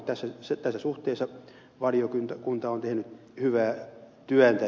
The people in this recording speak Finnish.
tässä suhteessa valiokunta on tehnyt hyvää työtä